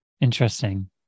interesting